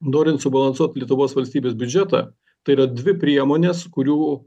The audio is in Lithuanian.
norint subalansuot lietuvos valstybės biudžetą tai yra dvi priemonės kurių